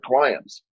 clients